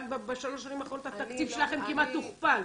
בשלוש השנים האחרונות התקציב שלכם כמעט הוכפל.